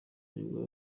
nibwo